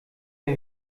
der